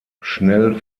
schnell